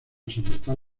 soportar